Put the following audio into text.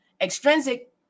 Extrinsic